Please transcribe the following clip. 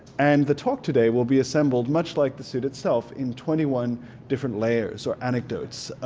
and the talk today will be assembled much like the suit itself in twenty one different layers or anecdotes